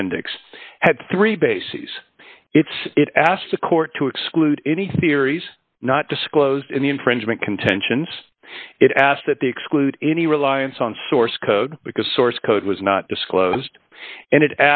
appendix had three bases its it asked the court to exclude any theories not disclosed in the infringement contentions it asked that they exclude any reliance on source code because source code was not disclosed and